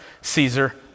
Caesar